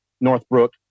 Northbrook